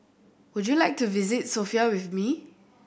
would you like to visit Sofia with me